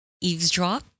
eavesdrop